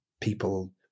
people